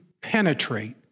penetrate